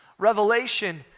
Revelation